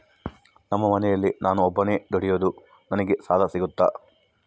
ನಮ್ಮ ಮನೆಯಲ್ಲಿ ನಾನು ಒಬ್ಬನೇ ದುಡಿಯೋದು ನನಗೆ ಸಾಲ ಸಿಗುತ್ತಾ?